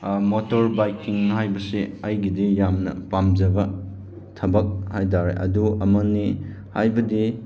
motor ꯕꯥꯏꯛꯀꯤꯡ ꯍꯥꯏꯕꯁꯤ ꯑꯩꯒꯤꯗꯤ ꯌꯥꯝꯅ ꯄꯥꯝꯖꯕ ꯊꯕꯛ ꯍꯥꯏꯇꯥꯔꯦ ꯑꯗꯨ ꯑꯃꯅꯤ ꯍꯥꯏꯕꯗꯤ